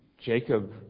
Jacob